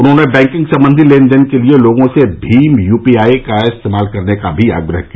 उन्होंने बैंकिंग संबंधी लेन देन के लिए लोगों से भीम यू पी आई का इस्तेमाल करने का भी आग्रह किया